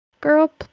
girl